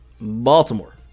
Baltimore